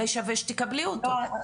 אולי שווה שתקבלי אותו.